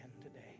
today